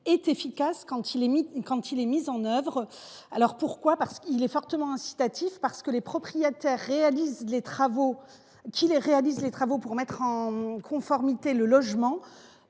est efficace quand il est mis en œuvre. Il est fortement incitatif, parce que les propriétaires qui réalisent les travaux pour mettre en conformité le logement